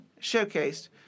showcased